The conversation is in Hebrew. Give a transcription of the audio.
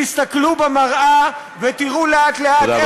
תסתכלו במראה ותראו לאט-לאט, תודה רבה.